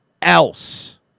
else